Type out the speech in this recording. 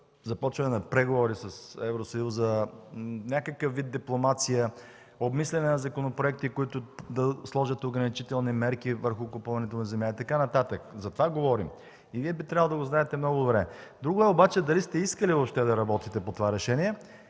започване на преговори с Евросъюза, някакъв вид дипломация, обмисляне на законопроекти, които да сложат ограничителни мерки върху купуването на земята и така нататък. Затова говорим и Вие би трябвало да го знаете много добре. Друго е обаче дали сте искали въобще да работите по това решение,